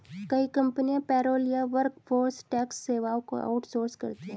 कई कंपनियां पेरोल या वर्कफोर्स टैक्स सेवाओं को आउट सोर्स करती है